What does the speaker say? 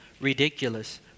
ridiculous